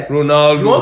Ronaldo